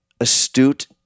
astute